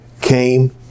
came